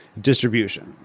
distribution